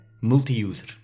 multi-user